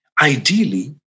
Ideally